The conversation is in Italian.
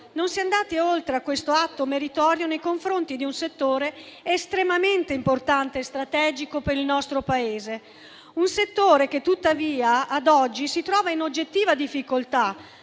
non si è andati oltre questo atto meritorio nei confronti di un settore estremamente importante e strategico per il nostro Paese, che tuttavia, ad oggi, si trova in oggettiva difficoltà,